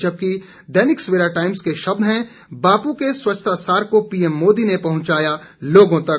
जबकि दैनिक सवेरा टाइम्स के शब्द हैं बापू के स्वच्छता सार को पीएम मोदी ने पहुंचाया लोगों तक